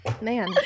Man